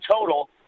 total